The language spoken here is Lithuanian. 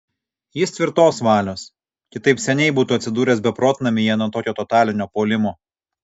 jis tvirtos valios kitaip seniai būtų atsidūręs beprotnamyje nuo tokio totalinio puolimo